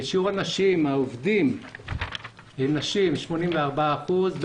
שיעור הנשים, העובדים, הוא 84 אחוזים.